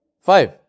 Five